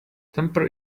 temper